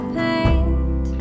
paint